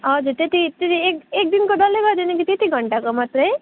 हजुर त्यति त्यति एक एक दिनको डल्लै गरिदिनु कि त्यति घन्टाको मात्रै